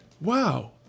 wow